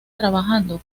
trabajando